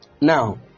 Now